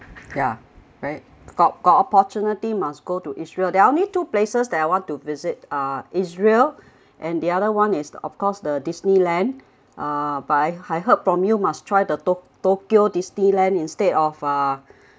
ya right got got opportunity must go to israel there are only two places that I want to visit uh israel and the other one is of course the disneyland uh but I I heard from you must try the tok~ tokyo disneyland instead of uh